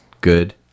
good